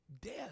death